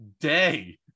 day